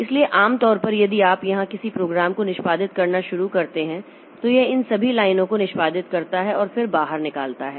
इसलिए आम तौर पर यदि आप यहां किसी प्रोग्राम को निष्पादित करना शुरू करते हैं तो यह इन सभी लाइनों को निष्पादित करता है और फिर बाहर निकलता है